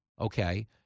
Okay